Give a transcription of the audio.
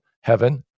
heaven